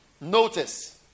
notice